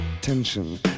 tension